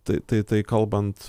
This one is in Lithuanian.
tai tai kalbant